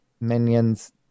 minions